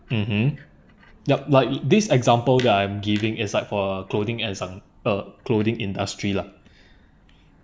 mmhmm yup like this example that I'm giving is like for clothing and some uh clothing industry lah